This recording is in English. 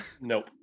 Nope